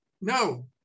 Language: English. No